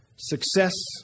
Success